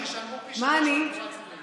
שישלמו פי שלושה על תחבורה ציבורית.